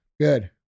Good